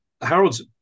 Harold's